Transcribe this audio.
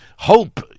Hope